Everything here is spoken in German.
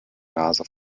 nase